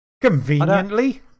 Conveniently